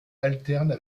alternent